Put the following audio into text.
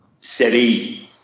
City